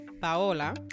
Paola